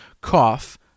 cough